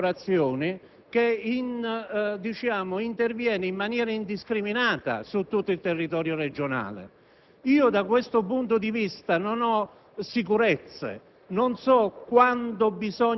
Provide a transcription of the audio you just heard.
una politica delle perforazioni che intervenga in maniera indiscriminata su tutto il territorio regionale. Da questo punto di vista non ho sicurezze: